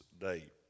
day